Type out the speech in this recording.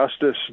Justice